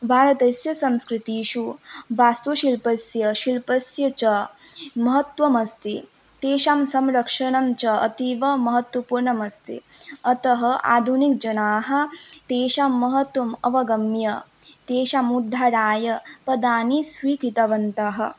भारतस्य संस्कृतिषु वास्तुशिल्पस्य शिल्पस्य च महत्त्वम् अस्ति तेषां संरक्षणं च अतीवमहत्त्वपूर्णम् अस्ति अतः आधुनिकजनाः तेषां महत्त्वम् अवगम्य तेषाम् उद्धाराय पदानि स्वीकृतवन्तः